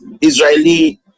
Israeli